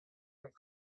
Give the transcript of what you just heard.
und